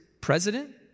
president